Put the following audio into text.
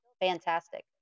fantastic